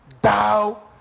Thou